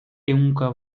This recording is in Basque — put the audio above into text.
ehunka